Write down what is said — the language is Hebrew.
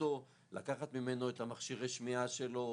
לקחת ממנו את מכשירי השמיעה שלו,